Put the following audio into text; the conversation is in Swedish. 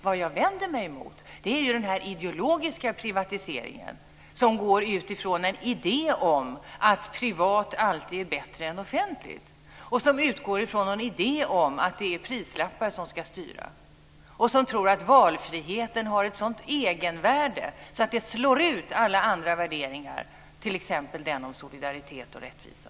Vad jag vänder mig emot är den här ideologiska privatiseringen som utgår från en idé om att privat alltid är bättre än offentligt, som utgår från en idé om att det är prislappar som ska styra och som tror att valfriheten har ett sådant egenvärde att det slår ut alla andra värderingar, t.ex. den om solidaritet och rättvisa.